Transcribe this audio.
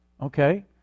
Okay